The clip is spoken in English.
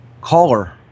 Caller